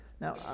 Now